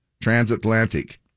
Transatlantic